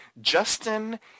Justin